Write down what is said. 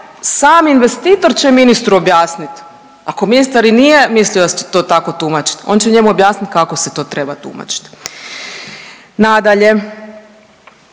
sam investitor će ministru objasnit ako ministar i nije mislio da će se to tako tumačit, on će njemu objasnit kako se to treba tumačit. Nadalje,